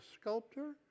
sculptor